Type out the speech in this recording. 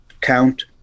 count